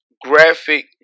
graphic